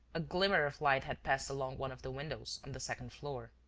a glimmer of light had passed along one of the windows on the second floor.